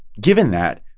given that,